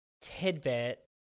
tidbit